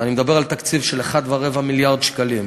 ואני מדבר על תקציב של 1.25 מיליארד שקלים.